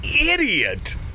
idiot